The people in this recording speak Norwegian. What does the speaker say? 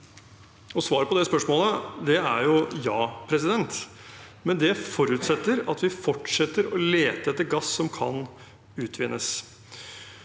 Svaret på det spørsmålet er ja, men det forutsetter at vi fortsetter å lete etter gass som kan utvinnes.